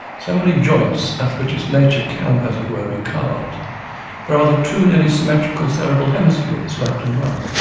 so many joints at which its nature can as it were be carved there are the two nearly mirror symmetrical cerebral hemispheres, left and right,